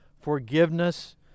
forgiveness